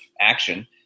action